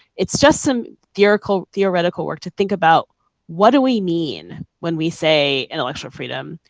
it's just some theoretical theoretical work to think about what do we mean when we say intellectual freedom?